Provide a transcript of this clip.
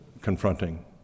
confronting